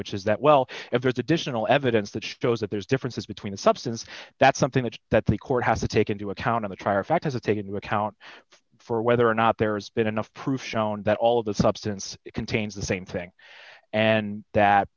which is that well if there's additional evidence that shows that there's differences between substance that's something that that the court has to take into account in the trier of fact has it taken to account for whether or not there's been enough proof shown that all of the substance contains the same thing and that